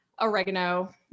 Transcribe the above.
oregano